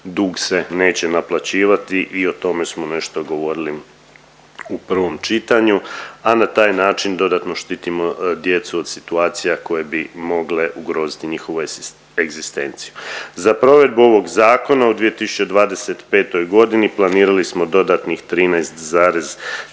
dug se neće naplaćivati i o tome smo nešto govorili u prvom čitanju, a na taj način dodatno štitimo djecu od situacija kolje bi mogle ugroziti njihovu egzistenciju. Za provedbu ovog zakona u 2025. godini planirali smo dodatnih 13,3